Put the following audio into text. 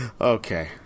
Okay